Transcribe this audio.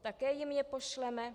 Také jim je pošleme?